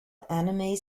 anime